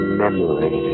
memory